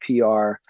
PR